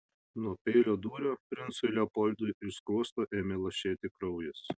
nuo peilio dūrio princui leopoldui iš skruosto ėmė lašėti kraujas